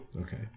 Okay